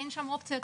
אין שם אופציה.